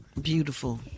Beautiful